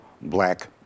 black